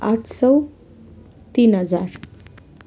आठ सौ तिन हजार